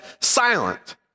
silent